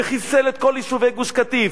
וחיסל את כל יישובי גוש-קטיף.